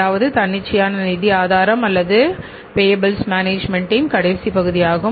அதாவது தன்னிச்சையான நிதி ஆதாரம் அல்லது பேயபிள்ஸ் மேனேஜ்மென்ட்டின் கடைசி பகுதி ஆகும்